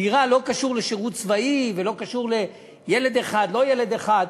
דירה לא קשורה לשירות צבאי ולא קשורה לילד אחד או לא ילד אחד.